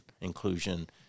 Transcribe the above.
inclusion